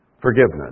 forgiveness